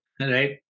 right